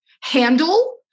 handle